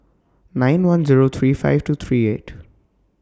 nine one Zero three five two three eight